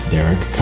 Derek